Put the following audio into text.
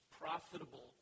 profitable